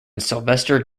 sylvester